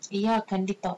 we are கண்டிப்பா:kandippa